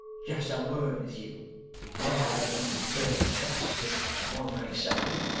just a word with you now that he's ready trussed, as one may say,